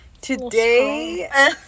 Today